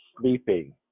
sleeping